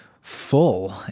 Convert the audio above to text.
full